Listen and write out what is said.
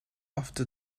after